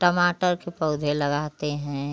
टमाटर के पौधे लगाते हैं